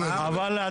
אבל,